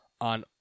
on